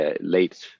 late